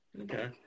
Okay